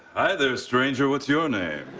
hi, there, stranger. what's your name?